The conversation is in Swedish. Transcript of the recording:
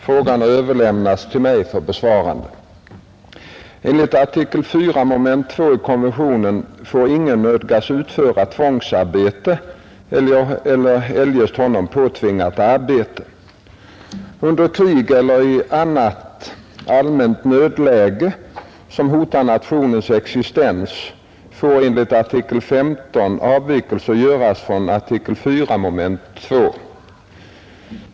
Frågan har överlämnats till mig för besvarande. Under krig eller i annat allmänt nödläge som hotar nationens existens får enligt artikel 15 avvikelse göras från artikel 4 mom. 2.